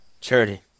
Charity